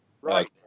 Right